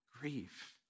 grief